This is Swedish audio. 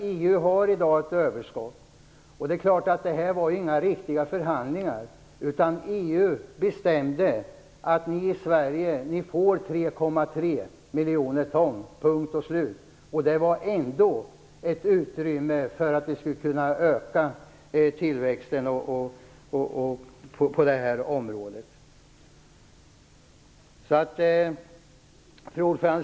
EU har ett överskott i dag. Detta var inga riktiga förhandlingar. EU bestämde att vi i Sverige skulle få 3,3 miljoner ton. Punkt och slut. Det fanns ändå ett utrymme för att vi skulle kunna öka tillväxten på det här området. Fru talman!